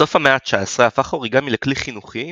בסוף המאה ה-19 הפך האוריגמי לכלי חינוכי,